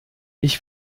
ich